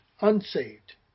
unsaved